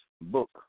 book